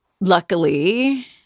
Luckily